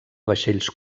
vaixells